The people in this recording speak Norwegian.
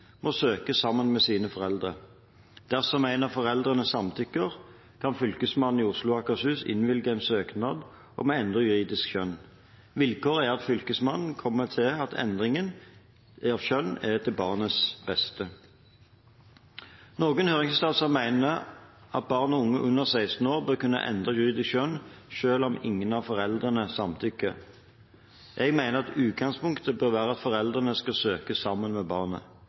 må søke sammen med sine foreldre. Dersom én av foreldrene samtykker, kan Fylkesmannen i Oslo og Akershus innvilge en søknad om å endre juridisk kjønn. Vilkåret er at Fylkesmannen kommer til at endringen av kjønn er til barnets beste. Noen høringsinstanser mener at barn og unge under 16 år bør kunne endre juridisk kjønn selv om ingen av foreldrene samtykker. Jeg mener at utgangspunktet bør være at foreldrene skal søke sammen med barnet.